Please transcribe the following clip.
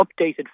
updated